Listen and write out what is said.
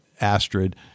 astrid